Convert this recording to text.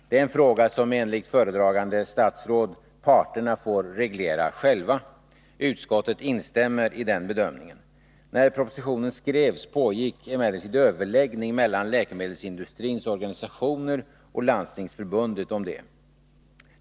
Det är en fråga som enligt föredragande statsrådet parterna får reglera själva. Utskottet instämmer i den bedömningen. När propositionen skrevs pågick emellertid överläggning mellan läkemedelsindustrins organisationer och Landstingsförbundet härom.